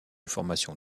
formation